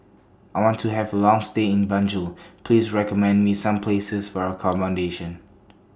I want to Have A Long stay in Banjul Please recommend Me Some Places For accommodation